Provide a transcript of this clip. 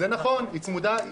זה נכון, היא צמודה.